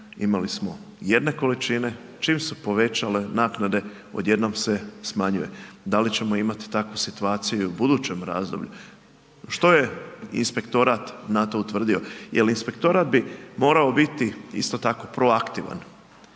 imali smo jedne količine, čim su povećale naknade, odjednom se smanjuje, da li ćemo imati takvu situaciju i u budućem razdoblju? Što je inspektorat na to utvrdio? Jel inspektorat bi morao biti isto tako proaktivan,